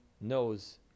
knows